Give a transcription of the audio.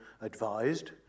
advised